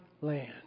land